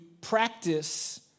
practice